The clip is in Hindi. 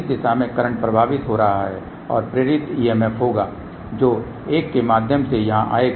इस दिशा में करंट प्रवाहित हो रहा है और प्रेरित EMF होगा जो इस एक के माध्यम से यहां आएगा